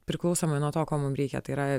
priklausomai nuo to ko mum reikia tai yra